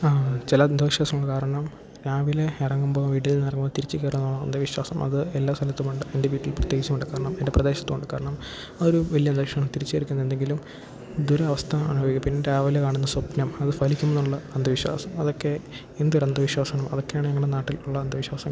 ആ ചില അന്ധവിശ്വാസങ്ങൾ കാരണം രാവിലെ ഇറങ്ങുമ്പോൾ വീട്ടിൽ നിന്ന് ഇറങ്ങുമ്പോൾ തിരിച്ച് കയറരുത് അന്ധവിശ്വാസം അത് എല്ലാ സ്ഥലത്തും ഉണ്ട് എൻ്റെ വീട്ടിൽ പ്രത്യേകിച്ച് ഉണ്ട് കാരണം എൻ്റെ പ്രദേശത്തും ഉണ്ട് കാരണം അതൊരു വലിയ ലക്ഷണം തിരിച്ചു വരുത്തുന്ന എന്തെങ്കിലും ദുരവസ്ഥ അണ് പിന്നെ രാവിലെ കാണുന്ന സ്വപ്നം അത് ഫലിക്കും എന്നുള്ള അന്ധവിശ്വാസം അതൊക്കെ എന്തൊരു അന്ധവിശ്വാസം അതൊക്കെയാണ് ഞങ്ങളുടെ നാട്ടിൽ ഉള്ള അന്ധവിശ്വാസങ്ങൾ